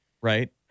right